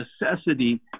necessity